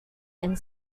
and